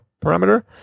parameter